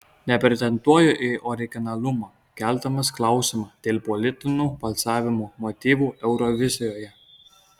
nepretenduoju į originalumą keldamas klausimą dėl politinių balsavimo motyvų eurovizijoje